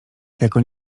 jako